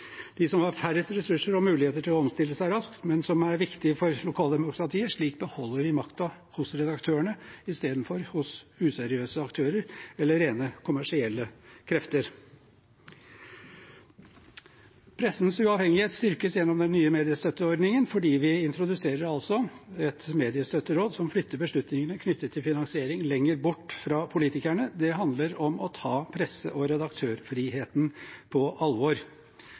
de som har færrest ressurser og muligheter til å omstille seg raskt, men som er viktige for lokaldemokratiet. Slik beholder de makten hos redaktørene i stedet for hos useriøse aktører eller rent kommersielle krefter. Pressens uavhengighet styrkes gjennom den nye mediestøtteordningen fordi vi introduserer et mediestøtteråd som flytter beslutningene knyttet til finansiering lenger bort fra politikerne. Det handler om å ta presse- og redaktørfriheten på alvor.